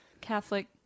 Catholic